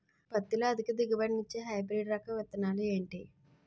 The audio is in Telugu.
పత్తి లో అధిక దిగుబడి నిచ్చే హైబ్రిడ్ రకం విత్తనాలు ఏంటి